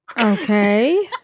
Okay